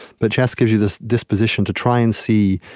but chess gives you this disposition to try and see,